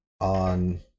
on